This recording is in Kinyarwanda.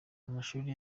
amashuri